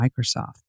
Microsoft